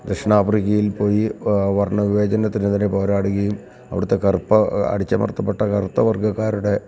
ദക്ഷിണാഫ്രിക്കയിൽ പോയി വർണ്ണ വിവേചനത്തിനെതിരെ പോരാടുകയും അവിടുത്തെ കറുത്ത അടിച്ചമർത്തപ്പെട്ട കറുത്ത വർഗക്കാരുടെ